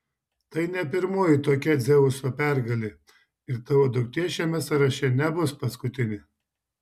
tai ne pirmoji tokia dzeuso pergalė ir tavo duktė šiame sąraše nebus paskutinė